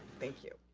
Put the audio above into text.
thank you.